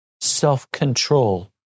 self-control